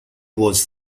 was